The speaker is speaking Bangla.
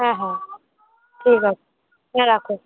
ঠিক আছে হ্যাঁ রাখ